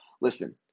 Listen